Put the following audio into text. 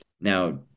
Now